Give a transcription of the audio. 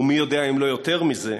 ומי יודע אם לא יותר מזה,